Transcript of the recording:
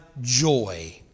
joy